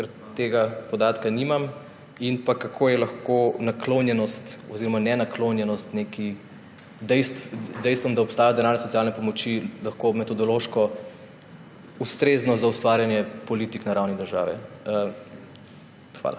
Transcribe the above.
tega podatka nimam, in pa kako je lahko naklonjenost oziroma nenaklonjenost dejstvom, da obstajajo denarne socialne pomoči, metodološko ustrezna za ustvarjanje politik na ravni države. Hvala.